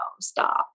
stop